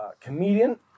comedian